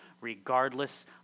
regardless